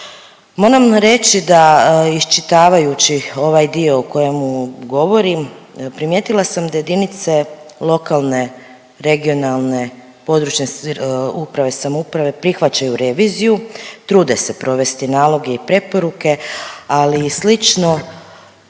Moram reći da iščitavajući ovaj dio o kojemu govorim primijetila sam da jedinice lokalne, regionalne, područne uprave i samouprave prihvaćaju reviziju, trude se provesti naloge i preporuke, ali i slično